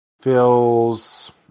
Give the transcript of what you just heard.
feels